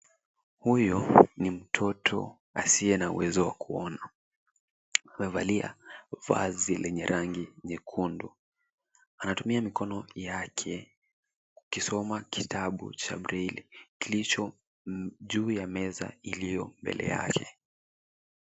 Huyu ni mtoto asiye na uwezo wa kuona. Amevalia vazi lenye rangi nyekundu. Anatumia mikono yake akisoma kitabu cha breli kilicho juu ya meza iliyo mbele yake.